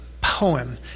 poem